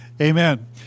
Amen